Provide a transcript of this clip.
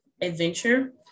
adventure